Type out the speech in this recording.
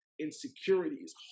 insecurities